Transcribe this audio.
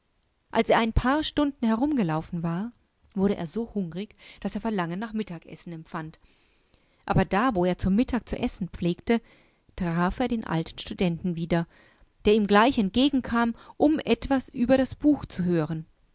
als er ein paar stunden herumgelaufen war wurde er so hungrig daß er verlangen nach mittagessen empfand aber da wo er zu mittag zu essen pflegte traf er den alten studenten wieder der ihm gleich entgegenkam um etwasüberdasbuchzuhören ichkommeheuteabendzudir ummitdirzu reden